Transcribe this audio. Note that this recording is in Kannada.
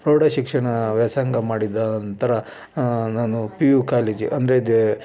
ಪ್ರೌಢ ಶಿಕ್ಷಣ ವ್ಯಾಸಂಗ ಮಾಡಿದ ನಂತರ ನಾನು ಪಿ ಯು ಕಾಲೇಜು ಅಂದರೆ ದೇ